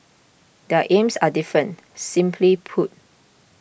their aims are different simply put